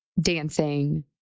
dancing